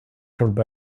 covered